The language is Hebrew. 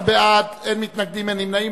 15 בעד, אין מתנגדים, אין נמנעים.